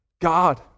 God